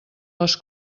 les